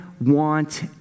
want